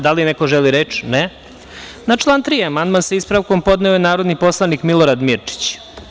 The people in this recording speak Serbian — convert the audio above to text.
Da li neko želi reč? (Ne) Na član 3. amandman, sa ispravkom, podneo je narodni poslanik Milorad Mirčić.